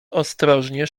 ostrożnie